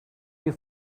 you